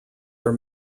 are